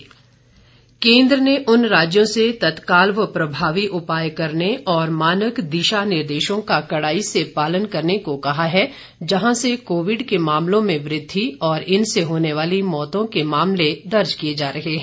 केन्द्र निर्देश केंद्र ने उन राज्यों से तत्काल व प्रभावी उपाय करने और मानक दिशा निर्देशों का कड़ाई से पालन करने को कहा है जहां से कोविड के मामलों में वृद्धि और इनसे होने वाली मौतों के मामले दर्ज किए जा रहे हैं